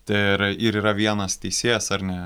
ir ir yra vienas teisėjas ar ne